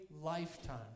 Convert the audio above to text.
lifetime